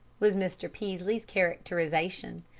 was mr. peaslee's characterization.